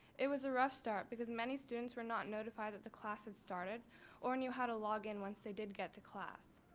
it was a rough start because many students were not notified that the class had started or knew how to log in once they did get to class.